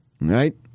Right